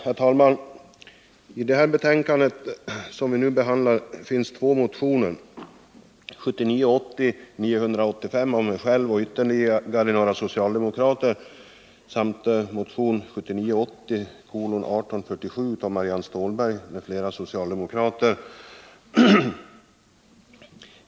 Herr talman! I arbetsmarknadsutskottets betänkande nr 23 behandlas två motioner, 1979 80:1847 av Marianne Stålberg m.fl. socialdemokrater.